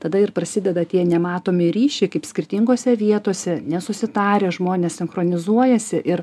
tada ir prasideda tie nematomi ryšiai kaip skirtingose vietose nesusitarę žmonės sinchronizuojasi ir